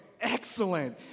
Excellent